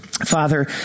Father